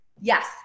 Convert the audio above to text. yes